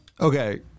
Okay